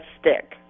stick